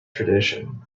tradition